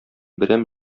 берәм